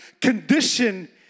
condition